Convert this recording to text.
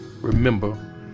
remember